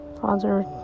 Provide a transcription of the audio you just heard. Father